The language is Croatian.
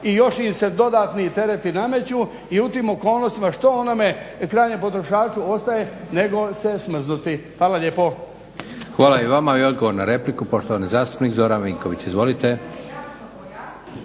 još im se dodatni tereti nameću i u tim okolnostima što onome krajnjem potrošaču ostaje nego se smrznuti. Hvala lijepa. **Leko, Josip (SDP)** Hvala i vama. I odgovor na repliku, poštovani zastupnik Zoran Vinković.